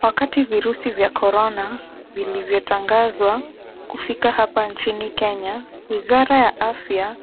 Wakati virusi vya korona vilivyotangazwa kufika hapa nchini Kenya, wizara ya afya